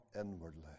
inwardly